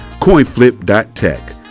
Coinflip.tech